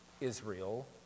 Israel